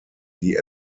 die